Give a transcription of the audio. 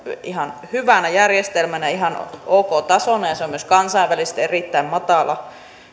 ihan hyvänä järjestelmänä ihan ok tasona ja se on myös kansainvälisesti erittäin matala